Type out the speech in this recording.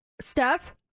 Steph